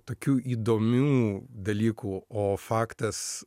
tokių įdomių dalykų o faktas